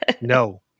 no